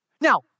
Now